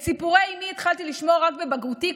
את סיפורי אימי התחלתי לשמוע רק בבגרותי,